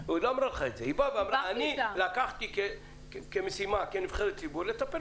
היא אמרה שכנבחרת ציבור היא לקחה משימה לטפל